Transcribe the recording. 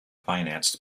financed